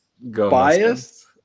biased